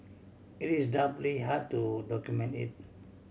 it is doubly hard to document it